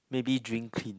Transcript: maybe drink clean